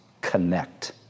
connect